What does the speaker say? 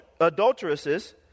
adulteresses